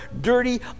dirty